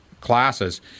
classes